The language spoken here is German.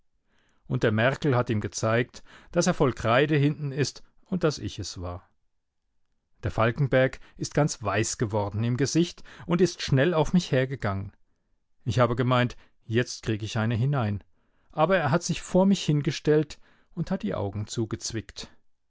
und der merkel hat ihm gezeigt daß er voll kreide hinten ist und daß ich es war der falkenberg ist ganz weiß geworden im gesicht und ist schnell auf mich hergegangen ich habe gemeint jetzt krieg ich eine hinein aber er hat sich vor mich hingestellt und hat die augen zugezwickt